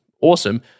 awesome